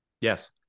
Yes